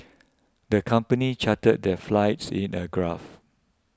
the company charted their flies in a graph